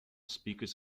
speakers